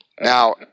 Now